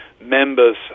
members